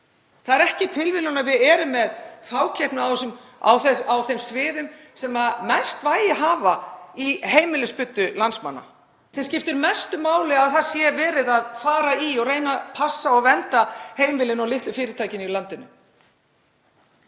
Það er ekki tilviljun að við erum með fákeppni á þeim sviðum sem mest vægi hafa í heimilisbuddu landsmanna, sviðin sem skiptir mestu máli að fara í og reyna að passa og vernda heimilin og litlu fyrirtækin í landinu.